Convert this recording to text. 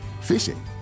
fishing